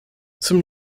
zum